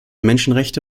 menschenrechte